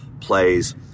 plays